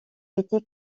été